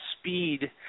speed